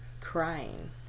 crying